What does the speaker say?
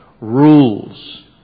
rules